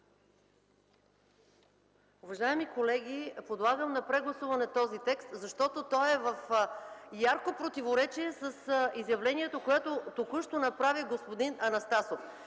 Уважаеми колеги, подлагам на прегласуване този текст, защото той е в ярко противоречие с изявлението, което току-що направи господин Анастасов.